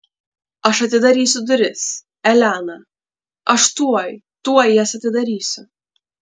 aš atidarysiu duris elena aš tuoj tuoj jas atidarysiu